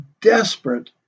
desperate